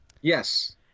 Yes